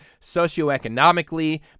socioeconomically